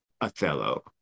Othello